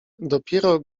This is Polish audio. dopiero